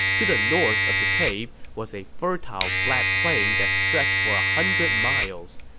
to the north of the cave was a fertile flat plain that stretched for a hundred miles.